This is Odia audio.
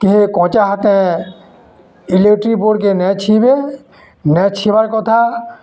କି କଞ୍ଚା ହାତେ ଇଲେକ୍ଟ୍ରିକ୍ ବୋର୍ଡ଼କେ ନାଇ ଛିିଁ'ବେ ନାଇ ଛିିଁ'ବାର୍ କଥା